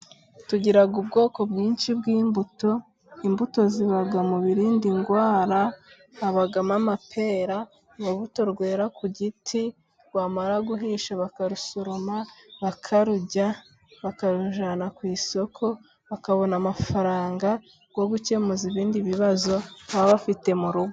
Tugira ubwoko bwinshi bw'imbuto， imbuto ziba mu birindi ndwara，habamo amapera， urubuto rwera ku giti rwamara guhisha bakarusoroma，bakarurya，bakarujyana ku isoko， bakabona amafaranga yo gukemura ibindi bibazo baba bafite mu rugo.